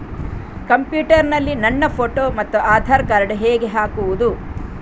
Computer ನಲ್ಲಿ ನನ್ನ photo ಮತ್ತು ಆಧಾರ್ ಕಾರ್ಡ್ ಹೇಗೆ ಹಾಕುವುದು?